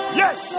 yes